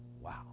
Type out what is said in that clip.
Wow